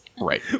Right